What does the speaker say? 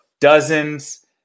dozens